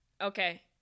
Okay